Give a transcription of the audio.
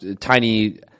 tiny